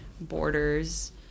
borders